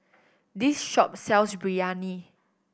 this shop sells Biryani